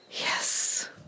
Yes